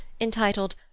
entitled